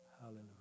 Hallelujah